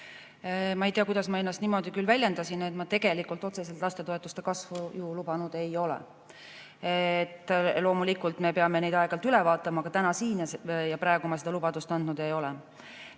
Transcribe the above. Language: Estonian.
Ma ei tea, kuidas ma ennast niimoodi küll väljendasin. Ma tegelikult otseselt lastetoetuste kasvu ju lubanud ei ole. Loomulikult me peame neid aeg-ajalt üle vaatama, aga täna siin ja praegu ma seda lubadust andnud ei ole. Kui